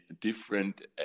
different